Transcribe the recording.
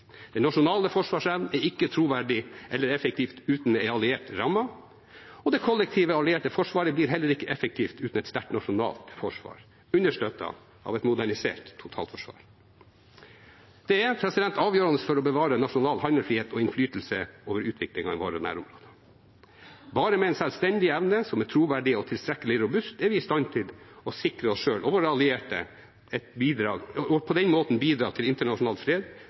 Den nasjonale forsvarsevnen er ikke troverdig eller effektiv uten en alliert ramme. Det kollektive allierte forsvaret blir heller ikke effektivt uten et sterkt nasjonalt forsvar, understøttet av et modernisert totalforsvar. Dette er avgjørende for å bevare nasjonal handlefrihet og innflytelse over utviklingen i våre nærområder. Bare med selvstendig evne, som er troverdig og tilstrekkelig robust, er vi i stand til å sikre oss selv og våre allierte, og på den måten bidra til internasjonal fred